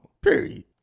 period